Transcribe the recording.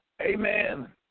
Amen